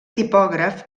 tipògraf